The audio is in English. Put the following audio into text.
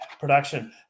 production